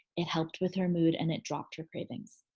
it helped with her mood and it dropped her cravings.